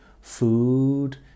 food